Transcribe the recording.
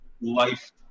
life